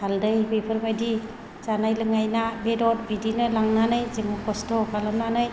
हाल्दै बेफोरबायदि जानाय लोंनाय ना बेदर बिदिनो लांनानै जों खस्थ' खालामनानै